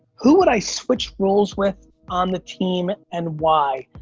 who would i switch roles with on the team, and why?